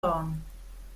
zorn